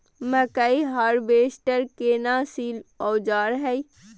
मकई हारवेस्टर केना सी औजार हय?